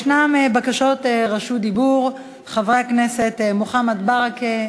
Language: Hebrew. יש בקשות רשות דיבור: חבר הכנסת מוחמד ברכה,